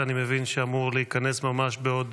שאני מבין שאמור להיכנס ממש בעוד